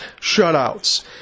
shutouts